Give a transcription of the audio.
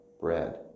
bread